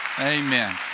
Amen